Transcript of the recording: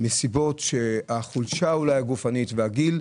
אולי בגלל החולשה הגופנית והגיל,